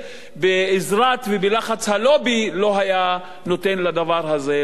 בעזרת ובלחץ הלובי לא היה נותן לדבר הזה לעבור.